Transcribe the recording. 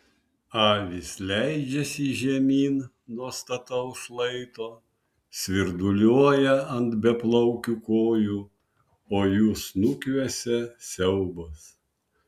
avys leidžiasi žemyn nuo stataus šlaito svirduliuoja ant beplaukių kojų o jų snukiuose siaubas